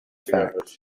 fact